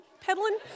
peddling